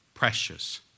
precious